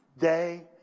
day